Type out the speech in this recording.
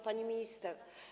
Pani Minister!